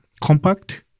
compact